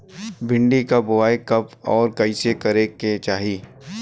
भिंडी क बुआई कब अउर कइसे करे के चाही?